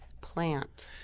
plant